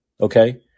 Okay